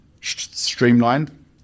streamlined